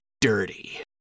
dirty